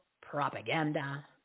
propaganda